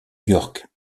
york